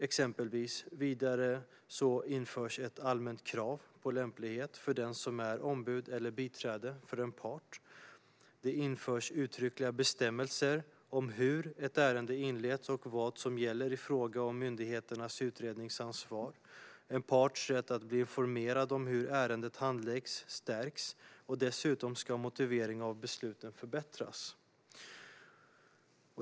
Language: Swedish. Exempelvis införs ett allmänt krav på lämplighet för den som är ombud eller biträde för en part. Det införs uttryckliga bestämmelser om hur ett ärende ska inledas och vad som gäller i fråga om myndigheternas utredningsansvar. En parts rätt att bli informerad om hur ärendet handläggs stärks. Dessutom ska motiveringarna av besluten förbättras.